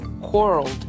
quarreled